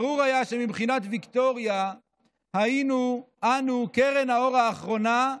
ברור היה שמבחינת ויקטוריה היינו אנו קרן האור האחרונה,